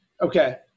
Okay